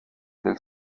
del